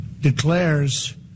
declares